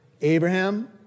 Abraham